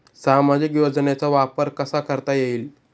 सामाजिक योजनेचा वापर कसा करता येईल?